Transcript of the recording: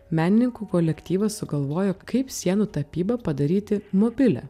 menininkų kolektyvas sugalvojo kaip sienų tapybą padaryti mobilią